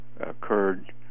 occurred